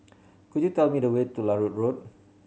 could you tell me the way to Larut Road